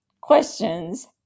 questions